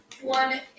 One